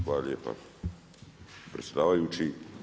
Hvala lijepa predsjedavajući.